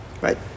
Right